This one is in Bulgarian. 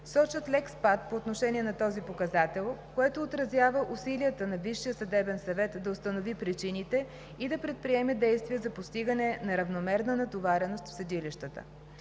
сочат лек спад по отношение на този показател, което отразява усилията на Висшия съдебен съвет да установи причините и да предприеме действия за постигане на равномерна натовареност в съдилищата.